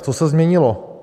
Co se změnilo?